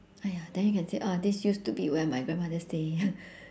!aiya! then you can say uh this used to be where my grandmother stay